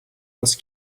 was